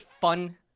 fun